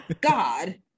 God